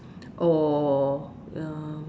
or um